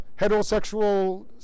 heterosexual